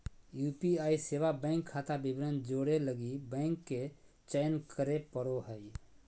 UPI सेवा bank खाता विवरण जोड़े लगी बैंक के चयन करे पड़ो हइ